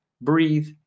Breathe